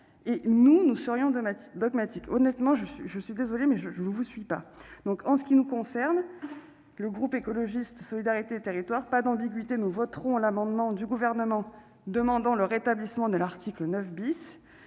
nous qui serions dogmatiques ? Honnêtement, je ne vous suis pas. En ce qui nous concerne, au groupe Écologiste -Solidarité et Territoires, pas d'ambiguïté, nous voterons l'amendement du Gouvernement demandant le rétablissement de l'article 9 .